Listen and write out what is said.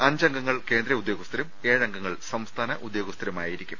അഞ്ചംഗങ്ങൾ കേന്ദ്ര ഉദ്യോഗസ്ഥരും ഏഴംഗങ്ങൾ സംസ്ഥാന ഉദ്യോഗസ്ഥരുമായിരിക്കും